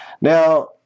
Now